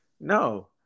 No